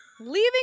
leaving